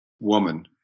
woman